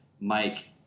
Mike